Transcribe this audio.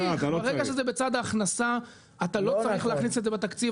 ברגע שזה בצד ההכנסה אתה לא צריך להכניס את זה בתקציב.